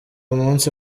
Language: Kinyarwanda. umunsi